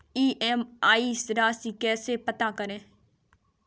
EMI राशि कैसे पता करें?